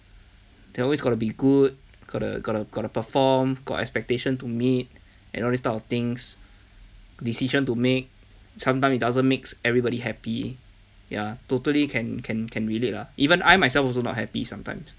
then always gotta be good gotta gotta gotta perform got expectation to meet and all these type of things decision to make sometime it doesn't makes everybody happy ya totally can can can relate lah even I myself also not happy sometimes